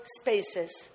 spaces